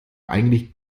eigentlich